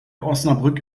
osnabrück